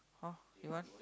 how you want